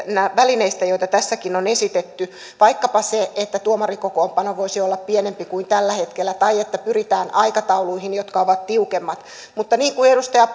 välineistä joita tässäkin on esitetty vaikkapa sen että tuomarikokoonpano voisi olla pienempi kuin tällä hetkellä tai että pyritään aikatauluihin jotka ovat tiukemmat mutta niin kuin edustaja